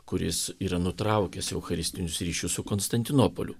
kuris yra nutraukęs eucharistinius ryšius su konstantinopoliu